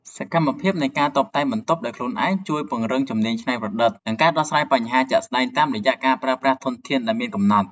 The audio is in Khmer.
សកម្មភាពនៃការតុបតែងបន្ទប់ដោយខ្លួនឯងជួយពង្រឹងជំនាញច្នៃប្រឌិត និងការដោះស្រាយបញ្ហាជាក់ស្ដែងតាមរយៈការប្រើប្រាស់ធនធានដែលមានកំណត់។